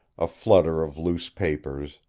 a flutter of loose papers,